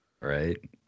Right